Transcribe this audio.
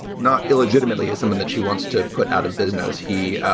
not illegitimately as someone that she wants to put out of business. he